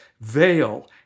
veil